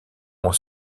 ont